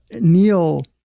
neil